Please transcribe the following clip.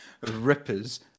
Rippers